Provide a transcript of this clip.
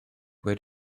where